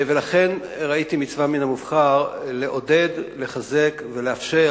ולכן ראיתי מצווה מן המובחר לעודד, לחזק ולאפשר